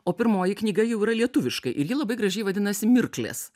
o pirmoji knyga jau yra lietuviškai ir ji labai gražiai vadinasi mirklės